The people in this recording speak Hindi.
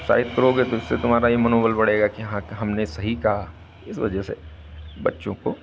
प्रोत्साहित करोगे तो उससे तुम्हारा ये मनोबल बढ़ेगा की हाँ हमने सही कहा इस वजह से बच्चों को